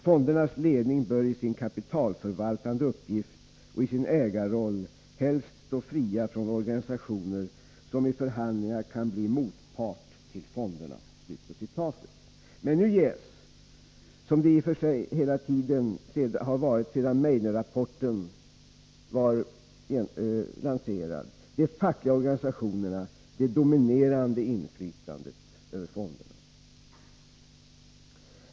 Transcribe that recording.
Fondernas ledning bör i sin kapitalförvaltande uppgift och i sin ägarroll helst stå fria från organisationer som i förhandlingar kan bli motpart till fonderna.” Men nu ges — som det i och för sig hela tiden sedan Meidnerrapporten publicerades varit tänkt — de fackliga organisationerna det dominerande inflytandet över fonderna.